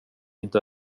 inte